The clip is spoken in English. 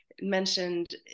mentioned